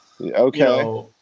Okay